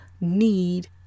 need